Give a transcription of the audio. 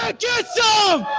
jetso,